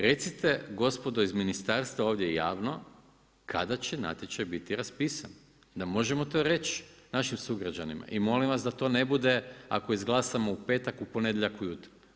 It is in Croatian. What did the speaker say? Recite gospodo iz ministarstva ovdje javno kada će natječaj biti raspisan da možemo to reći našim sugrađanima i molim vas da to ne bude ako izglasamo u petak u ponedjeljak ujutro.